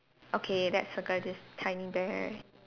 okay that's circle this tiny bear